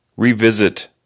Revisit